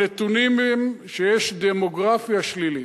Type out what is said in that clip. הנתונים הם שיש דמוגרפיה שלילית,